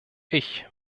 ich